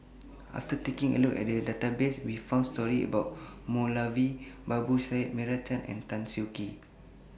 after taking A Look At The Database We found stories about Moulavi Babu Sahib Meira Chand and Tan Siak Kew